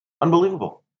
Unbelievable